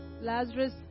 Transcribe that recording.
Lazarus